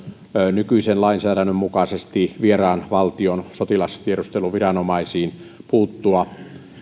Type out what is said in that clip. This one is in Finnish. nykyisen lainsäädännön mukaisesti vieraan valtion sotilastiedusteluviranomaisiin puuttua